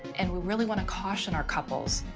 and we really want to caution our couples.